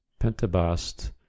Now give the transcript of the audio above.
Pentabast